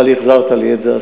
אבל החזרת לי את זה,